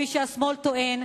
כפי שהשמאל טוען,